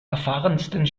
erfahrensten